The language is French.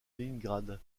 léningrad